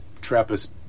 Trappist